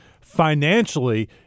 financially –